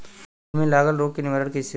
फूल में लागल रोग के निवारण कैसे होयी?